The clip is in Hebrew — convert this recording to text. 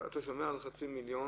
אתה שומע על חצי מיליון.